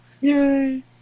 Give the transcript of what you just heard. yay